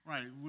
Right